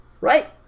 right